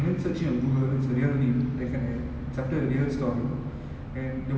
I think ஒலகத்துல நெரய:olakathula neraya suriya fans இருக்காங்க:irukaanga they were expecting this kind of comeback actually